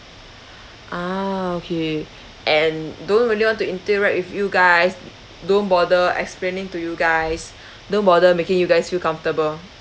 ah okay and don't really want to interact with you guys don't bother explaining to you guys don't bother making you guys feel comfortable